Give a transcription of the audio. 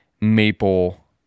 maple